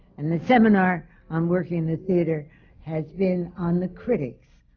and the seminar on working in the theatre has been on the critics,